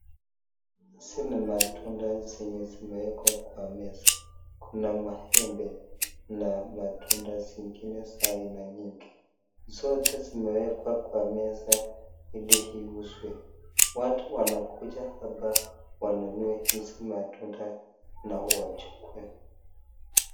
Hizi ni matunda zenye zimeekwa kwa meza. Kuna maembe na matunda zengine za aina nyingi. Zote zimeekwa kwa meza ili iuzwe. Watu wanakuja hapa wanunue hizi matunda na wachukuwe.